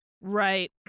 right